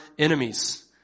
Enemies